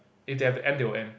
if they have to end they will end